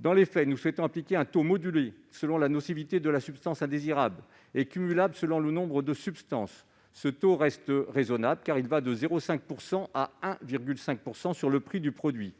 Dans les faits, nous souhaitons appliquer un taux modulé selon la nocivité de la substance indésirable et cumulable selon le nombre de substances. Ce taux reste raisonnable, entre 0,5 % et 1,5 % du prix du produit,